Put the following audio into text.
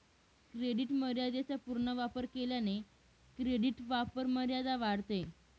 credit मर्यादेचा पूर्ण वापर केल्याने क्रेडिट वापरमर्यादा वाढते